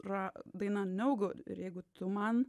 ra daina no good ir jeigu tu man